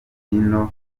mbyino